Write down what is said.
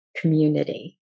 community